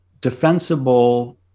defensible